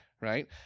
right